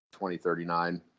2039